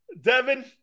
Devin